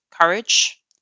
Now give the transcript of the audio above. courage